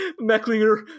Mecklinger